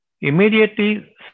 Immediately